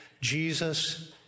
Jesus